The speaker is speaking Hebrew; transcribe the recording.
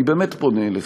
אני באמת פונה אליכם: